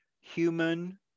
human